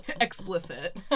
Explicit